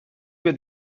بیاد